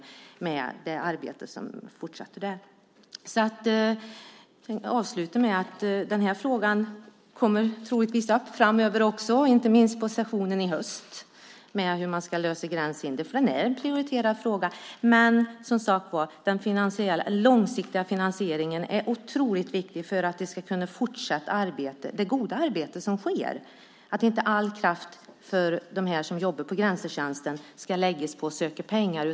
Frågan om hur man ska lösa gränshinder kommer troligtvis upp framöver, inte minst på sessionen i höst. Det är en prioriterad fråga. Men som sagt var, den långsiktiga finansieringen är otroligt viktig för att vi ska kunna fortsätta det goda arbete som sker. All kraft hos dem som jobbar på Grensetjänsten ska inte läggas på att söka pengar.